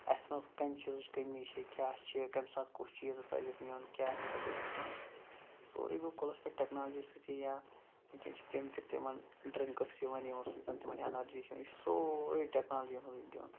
اَسہِ منٛز کَمہِ چیٖزٕچ کٔمی چھِ کیٛاہ چھِ کَمہِ ساتہٕ کُس چیٖز پَزِ اَسہِ نیُن کیٛاہ پَزِ اَسہِ کھیٚون یہِ سورُے گوٚو کُلس پٮ۪ٹھ ٹیٚکنالجی سۭتۍ یا ونکیٚن چھِ تِم تہِ تِمن ڈرنکٕس یِوان یِمو سۭتۍ زَن تِمن ایٚنرجی چھِ یہِ چھُ سورُے ٹیٚکنالجی ہُندُے دیُن